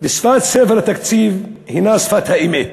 ושפת ספר התקציב הנה שפת האמת.